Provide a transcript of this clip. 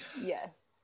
Yes